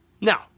Now